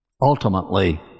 ultimately